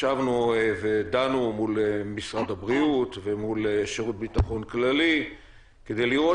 ודנו מול משרד הבריאות ומול שירות ביטחון כללי כדי לראות